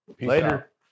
later